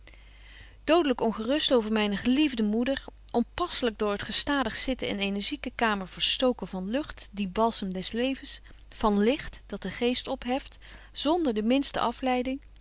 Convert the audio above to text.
dodelyk ongerust over myne geliefde moeder onpasselyk door het gestadig zitten in eene ziekenkamer verstoken van lucht dien balsem des levens van licht dat den geest opheft zonder de minste afleiding